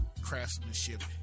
craftsmanship